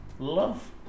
love